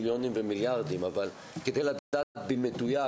כדי לדעת במדויק,